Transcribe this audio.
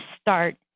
start